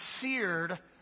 seared